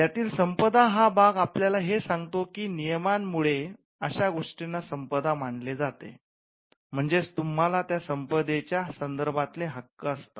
यातील संपदा भाग आपल्याला हे सांगतो की नियमांमुळे अशा गोष्टींना संपदा मानले जाते म्हणजेच तुम्हाला त्या संपदेच्या संदर्भातले हक्क असतात